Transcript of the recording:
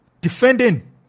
defending